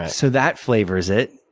so that flavors it.